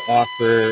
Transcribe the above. offer